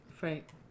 right